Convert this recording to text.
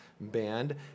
band